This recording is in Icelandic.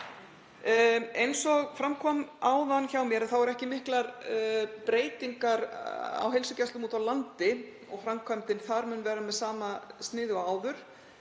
Eins og fram kom áðan eru ekki miklar breytingar á heilsugæslum úti á landi og framkvæmdin þar mun verða með sama sniði og áður,